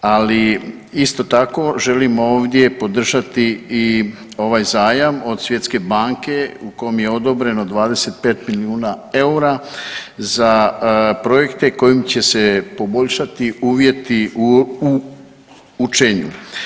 Ali isto tako želim ovdje podržati i ovaj zajam od Svjetske banke u kom je odobreno 25 milijuna eura za projekte kojim će se poboljšati uvjeti u učenju.